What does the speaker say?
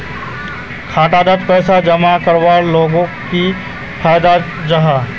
खाता डात पैसा जमा करवार लोगोक की फायदा जाहा?